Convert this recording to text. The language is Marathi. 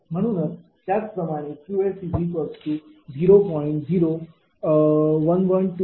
म्हणूनच त्याचप्रमाणे QS 0